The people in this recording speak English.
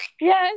Yes